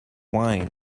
wine